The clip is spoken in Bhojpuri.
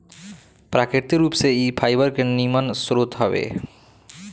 प्राकृतिक रूप से इ फाइबर के निमन स्रोत हवे